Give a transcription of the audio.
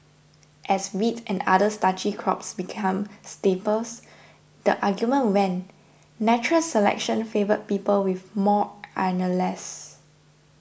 as wheat and other starchy crops became staples the argument went natural selection favoured people with more amylase